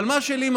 אבל מה שמפריע